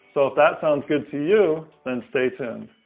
so if that sounds good to you, then stay tuned.